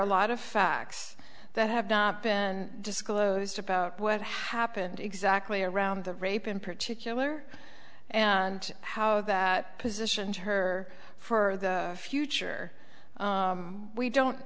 a lot of facts that have not been disclosed about what happened exactly around the rape in particular and how that positioned her for the future we don't